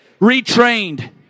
retrained